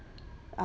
uh